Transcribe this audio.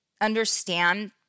understand